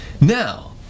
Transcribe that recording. Now